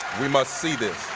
we must see this.